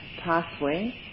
pathway